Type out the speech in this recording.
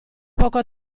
poco